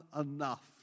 enough